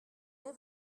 est